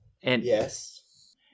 Yes